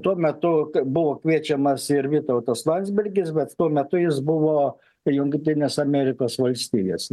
tuo metu buvo kviečiamas ir vytautas landsbergis bet tuo metu jis buvo jungtinėse amerikos valstijose